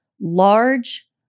large